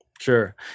Sure